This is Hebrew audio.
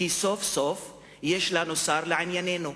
כי סוף-סוף יש לנו שר לעניינינו.